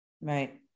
Right